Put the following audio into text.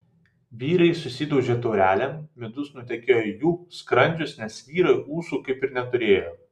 vyrai susidaužė taurelėm midus nutekėjo į jų skrandžius nes vyrai ūsų kaip ir neturėjo